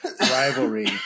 rivalry